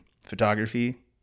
photography